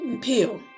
peel